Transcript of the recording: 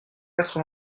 quatre